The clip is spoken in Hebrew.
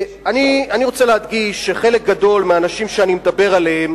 אני רוצה להדגיש שחלק גדול מהאנשים שאני מדבר עליהם